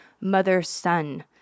mother-son